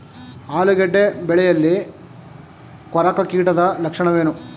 ಆಲೂಗೆಡ್ಡೆ ಬೆಳೆಯಲ್ಲಿ ಕೊರಕ ಕೀಟದ ಲಕ್ಷಣವೇನು?